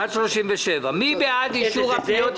אז זו דוגמה להרבה מאוד פניות.